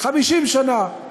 50 שנה.